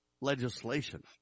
legislation